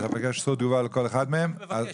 אז